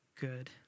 good